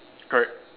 correct